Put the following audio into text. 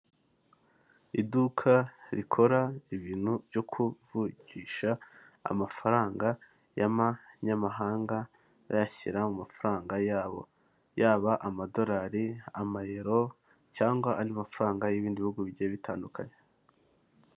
Iduka rikora ibintu byo kuvunjisha amafaranga y'amanyamahanga bayashyira mafaranga yabo, yaba amadorari, amayero cyangwa andi mafaranga y'ibindi bihugu bigiye bitandukanye.